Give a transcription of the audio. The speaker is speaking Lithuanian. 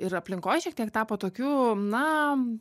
ir aplinkoj šiek tiek tapo tokiu na